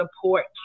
support